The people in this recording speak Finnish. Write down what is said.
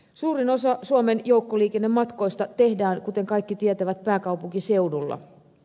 suurin osa suomen joukkoliikennematkoista tehdään kuten kaikki tietävät pääkaupunkiseudulla